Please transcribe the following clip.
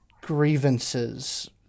grievances